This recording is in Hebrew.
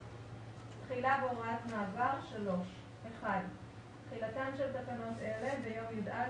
תחילה והוראות מעבר תחילתן של תקנות אלה ביום י"א